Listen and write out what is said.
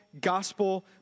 gospel